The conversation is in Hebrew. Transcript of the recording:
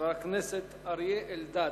חבר הכנסת אריה אלדד.